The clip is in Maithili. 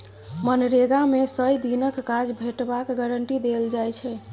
मनरेगा मे सय दिनक काज भेटबाक गारंटी देल जाइ छै